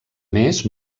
més